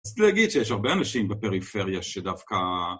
אז תגיד שיש הרבה אנשים בפריפריה שדווקא...